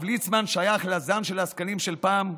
הרב ליצמן שייך לזן של העסקנים של פעם,